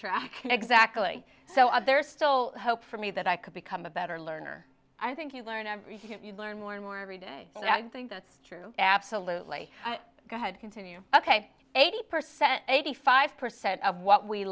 track exactly so are there still hope for me that i could become a better learner i think you learn everything you learn more and more every day and i think that's true absolutely go ahead continue ok eighty percent eighty five percent of what we